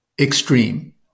extreme